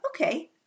okay